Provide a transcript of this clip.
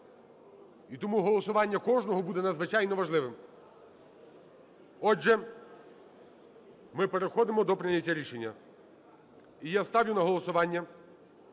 І тому голосування кожного буде надзвичайно важливим. Отже, ми переходимо до прийняття рішення. І я ставлю на голосування